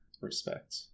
Respect